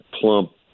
plump